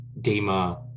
DEMA